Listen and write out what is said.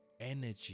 energy